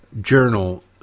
journal